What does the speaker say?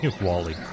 Wally